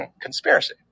conspiracy